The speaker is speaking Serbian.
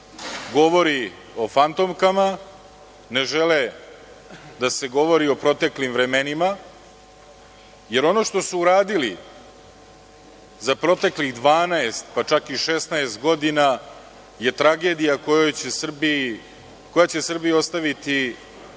govori o fantomkama, ne žele da se govori o proteklim vremenima, jer ono što su uradili za proteklih 12, pa čak i 16 godina je tragedija koja će Srbiji ostaviti dubok